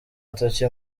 agatoki